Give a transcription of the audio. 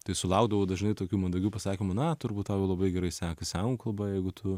tai sulaukdavau dažnai tokių mandagių pasakymų na turbūt tau labai gerai sekasi anglų kalba jeigu tu